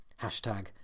hashtag